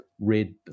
red